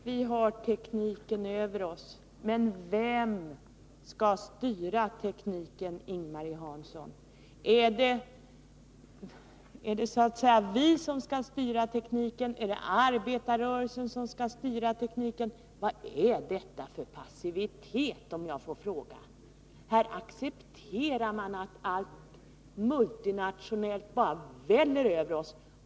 Herr talman! Vi har tekniken över oss — men vem skall styra tekniken, Ing-Marie Hansson? Är det så att säga vi som skall styra tekniken? Är det arbetarrörelsen som skall styra tekniken? Vad är detta för passivitet, om jag får fråga? Här accepterar man att allt multinationellt bara väller över oss.